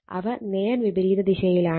അവ നേർ വിപരീത ദിശയിലാണ്